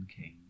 King